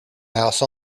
house